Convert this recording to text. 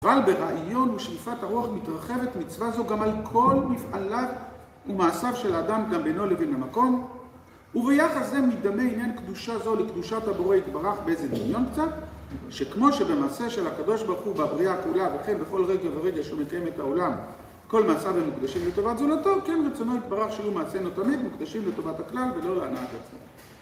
אבל ברעיון ושאיפת הרוח מתרחבת מצווה זו גם על כל מפעליו ומעשיו של האדם, גם בינו לבין המקום. וביחס זה מתדמה עניין קדושה זו לקדושת הבורא יתברך באיזה דמיון קצת, שכמו שבמעשה של הקדוש ברוך הוא בבריאה כולה וכן בכל רגע ורגע שהוא מקיים את העולם, כל מעשיו הם מוקדשים לטובת זולתו, כן רצונו יתברך שיהיו מעשינו תמיד מוקדשים לטובת הכלל ולא להנאת עצמו.